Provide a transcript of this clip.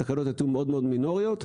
התקלות היו מאוד-מאוד מינוריות.